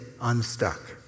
unstuck